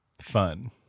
fun